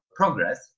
progress